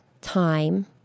time